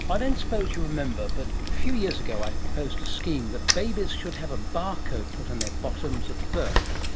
ah don't suppose you remember, but a few years ago i proposed a scheme that babies should have a bar code put on their bottoms at birth,